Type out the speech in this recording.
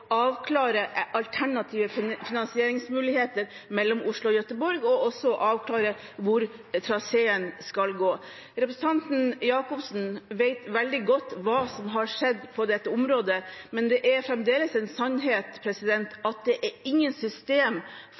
avklare alternative finansieringsmuligheter mellom Oslo og Gøteborg og også avklare hvor traseen skal gå? Representanten Jacobsen vet veldig godt hva som har skjedd på dette området, men det er fremdeles en sannhet at det er ingen